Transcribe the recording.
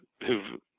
who've